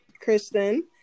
Kristen